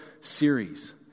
series